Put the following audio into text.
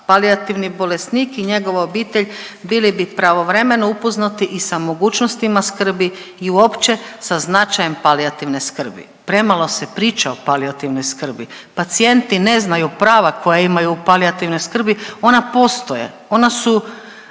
palijativni bolesnik i njegova obitelj bili bi pravovremeno upoznati i sa mogućostima skrbi i uopće sa značajem palijativne skrbi. Premalo se priča o palijativnoj skrbi, pacijenti ne znaju prava koja imaju u palijativnoj skrbi, ona postoje, ona su